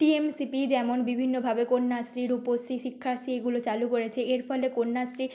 TMCP যেমন বিভিন্নভাবে কন্যাশ্রী রূপশ্রী শিক্ষাশ্রী এগুলো চালু করেছে এর ফলে কন্যাশ্রী